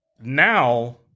now